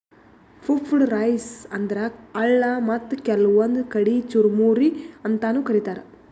puffed rice ಅಂದ್ರ ಅಳ್ಳ ಮತ್ತ್ ಕೆಲ್ವನ್ದ್ ಕಡಿ ಚುರಮುರಿ ಅಂತಾನೂ ಕರಿತಾರ್